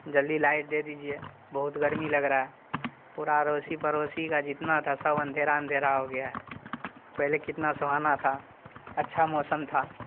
جلدی لائٹ دے دیجیے بہت گرمی لگ رہا ہے پورا اروسی پڑوسی کا جتنا تھا سب اندھیرا اندھیرا ہو گیا ہے پہلے کتنا سہانا تھا اچھا موسم تھا